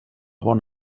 bon